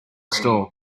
store